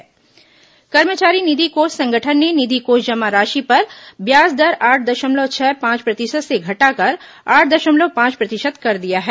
कर्मचारी निधि कोष संगठन कर्मचारी निधि कोष संगठन ने निधि कोष जमा राशि पर ब्याज दर आठ दशमलव छह पांच प्रतिशत से घटाकर आठ दशमलव पांच प्रतिशत कर दिया है